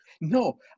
No